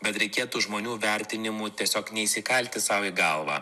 bet reikėtų žmonių vertinimų tiesiog neįsikalti sau į galvą